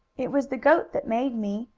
it was the goat that made me,